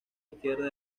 izquierda